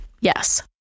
Yes